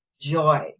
joy